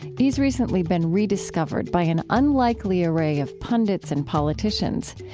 he's recently been rediscovered by an unlikely array of pundits and politicians.